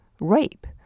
rape